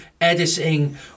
editing